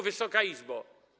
Wysoka Izbo!